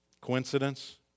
Coincidence